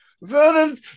Vernon